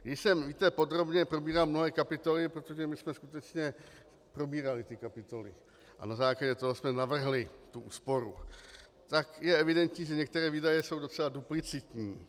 Když jsem podrobně probíral mnohé kapitoly, protože my jsme skutečně probírali ty kapitoly a na základě toho jsme navrhli tu úsporu, tak je evidentní, že některé výdaje jsou docela duplicitní.